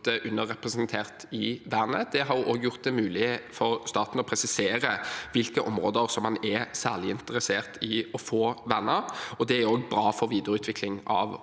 underrepresentert i vernet. Det har gjort det mulig for staten å presisere hvilke områder man er særlig interessert i å få vernet, og det er også bra for videreutvikling av